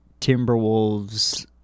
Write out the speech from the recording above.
Timberwolves